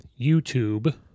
YouTube